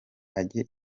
ajye